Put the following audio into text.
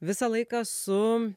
visą laiką su